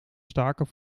staken